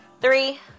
three